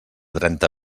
trenta